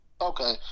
Okay